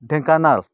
Dhenkanal